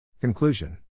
Conclusion